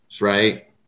Right